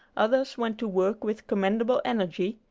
others went to work with commendable energy,